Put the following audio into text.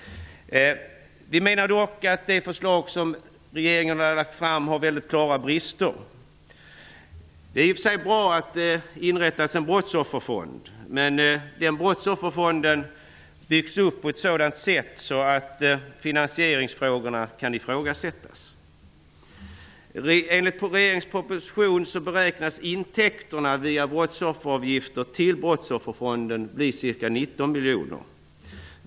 Vi menar dock att det förslag som regeringen har lagt fram har klara brister. Det är i och sig bra att det inrättas en brottsofferfond, men den brottsofferfonden föreslås byggas upp på ett sådant sätt att finansieringen kan ifrågasättas. Enligt regeringens proposition beräknas intäkterna via brottsofferavgifter till fonden bli ca 19 miljoner.